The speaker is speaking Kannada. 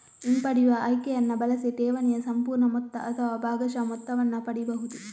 ಹಿಂಪಡೆಯುವ ಆಯ್ಕೆಯನ್ನ ಬಳಸಿ ಠೇವಣಿಯ ಸಂಪೂರ್ಣ ಮೊತ್ತ ಅಥವಾ ಭಾಗಶಃ ಮೊತ್ತವನ್ನ ಪಡೀಬಹುದು